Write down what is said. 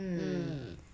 mm